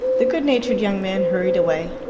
the good-natured young man hurried away,